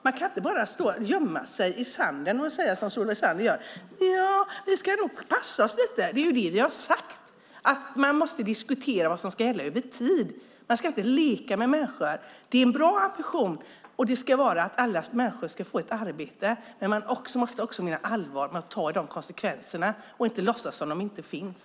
Man kan inte bara gömma sig i sanden och säga som Solveig Zander: Vi ska nog passa oss lite. Vi har sagt att man måste diskutera vad som ska gälla över tid. Man ska inte leka med människor. Det är en bra ambition att alla människor ska få ett arbete. Men man måste också, om man menar allvar, ta i konsekvenserna och inte låtsas som att de inte finns.